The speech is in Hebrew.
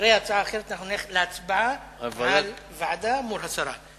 אחרי הצעה אחרת אנחנו נצביע על ועדה מול הסרה.